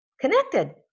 connected